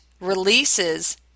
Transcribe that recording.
releases